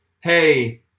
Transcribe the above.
hey